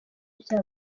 rya